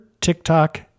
TikTok